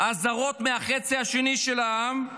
הזהרות מהחצי השני של העם.